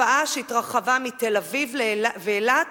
תופעה שהתרחבה מתל-אביב ואילת